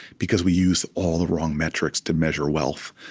because we use all the wrong metrics to measure wealth.